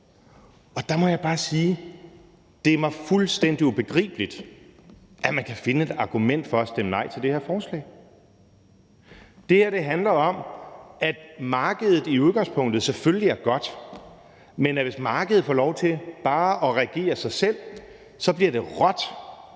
Og der må jeg bare sige, at det er mig fuldstændig ubegribeligt, at man kan finde et argument for at stemme nej til det her forslag. Det her handler om, at markedet i udgangspunktet selvfølgelig er godt, men hvis markedet bare får lov til at regere sig selv, bliver det råt